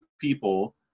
people